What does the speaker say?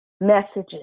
messages